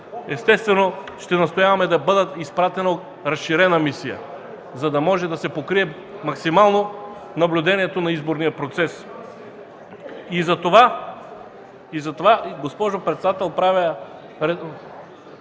естествено ще настояваме да бъде изпратена разширена мисия, за да може да се покрие максимално наблюдението на изборния процес. Затова, госпожо председател, правя